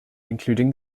including